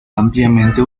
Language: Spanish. ampliamente